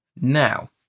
now